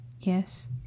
Yes